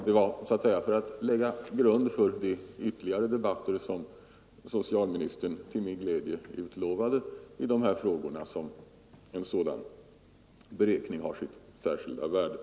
Det är för att så att säga lägga grund för de ytterligare debatter i dessa frågor, som socialministern till min glädje utlovat, som sådana beräkningar har sitt särskilda värde.